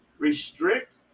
restrict